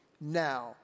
now